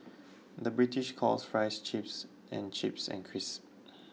the British calls Fries Chips and Chips and Crisps